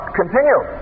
continue